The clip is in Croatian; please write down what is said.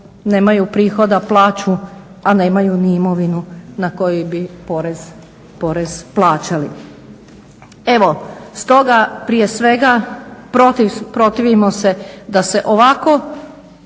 nemaju prihoda, plaću, a nemaju imovinu na koju bi porez plaćali. Evo, stoga prije svega protivimo se da se ovako